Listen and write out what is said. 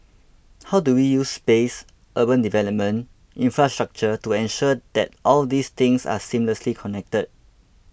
how do we use space urban development infrastructure to ensure that all these things are seamlessly connected